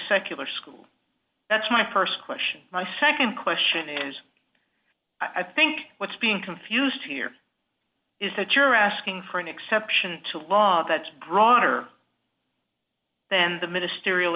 secular school that's my st question my nd question is i think what's being confused here is that you're asking for an exception to a law that's broader than the ministerial